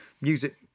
music